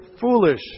foolish